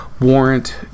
warrant